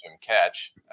catch